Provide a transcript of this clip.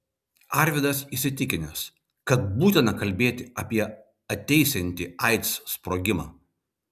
arvydas įsitikinęs kad būtina kalbėti apie ateisiantį aids sprogimą